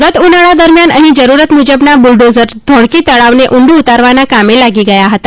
ગત્ત ઉનાળા દરમિયાન અહી જરૂરત મૂજબના બૂલડોઝર ધોળકી તળાવને ઉંડ ઉતારવાના કામે લાગી ગયા હતા